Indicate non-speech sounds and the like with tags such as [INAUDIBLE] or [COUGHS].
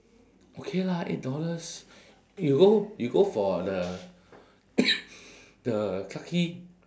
okay lah eight dollars you go you go for the [COUGHS] the clarke quay